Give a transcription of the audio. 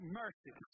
mercy